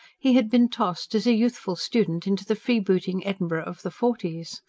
he had been tossed, as a youthful student, into the freebooting edinburgh of the forties.